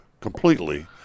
completely